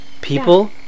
people